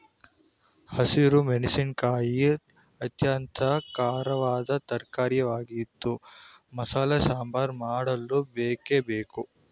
ಹಸಿರು ಮೆಣಸಿನಕಾಯಿ ಅತ್ಯಂತ ಖಾರವಾದ ತರಕಾರಿಯಾಗಿದ್ದು ಮಸಾಲೆ ಸಾಂಬಾರ್ ಮಾಡಲು ಬೇಕೇ ಬೇಕು